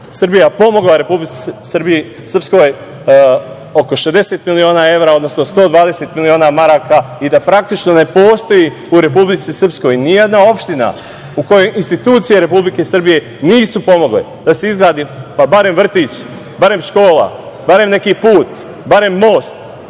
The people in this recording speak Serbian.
Srbija pomogla Republici Srpskoj oko 60 miliona evra, odnosno 120 miliona maraka i da praktično ne postoji u Republici Srpskoj nijedna opština kojoj institucije Republike Srbije nisu pomogle da se izgradi barem vrtić, barem škola, barem neki put, barem most